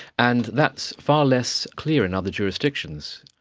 and that's far less clear in other jurisdictions.